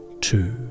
two